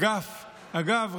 אגב,